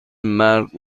مرگ